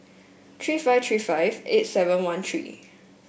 three five three five eight seven one three